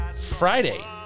Friday